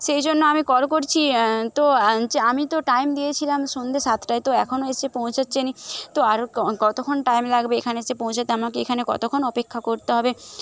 সেইজন্য আমি কল করছি তো আমি তো টাইম দিয়েছিলাম সন্ধে সাতটায় তো এখনও এসে পৌঁছাচ্ছেনা তো আরও কতক্ষণ টাইম লাগবে এখানে এসে পৌঁছাতে আমাকে এখানে কতক্ষণ অপেক্ষা করতে হবে